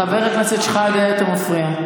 חבר הכנסת שחאדה, אתה מפריע.